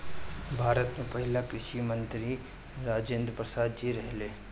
भारत के पहिला कृषि मंत्री राजेंद्र प्रसाद जी रहले